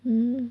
mm